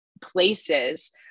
places